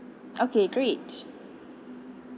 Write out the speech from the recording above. okay great